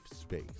space